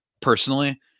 personally